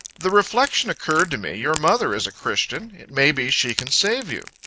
the reflection occurred to me, your mother is a christian it may be she can save you.